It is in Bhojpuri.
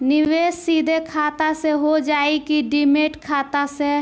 निवेश सीधे खाता से होजाई कि डिमेट खाता से?